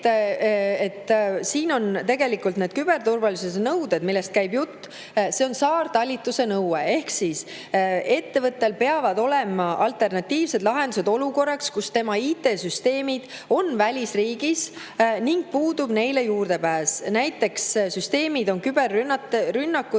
et siin on tegelikult need küberturvalisuse nõuded – jutt käib saartalitluse nõudest. Ettevõttel peavad olema alternatiivsed lahendused olukorraks, kus tema IT-süsteemid on välisriigis ning puudub neile juurdepääs, näiteks süsteemid küberrünnakute